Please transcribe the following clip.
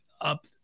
up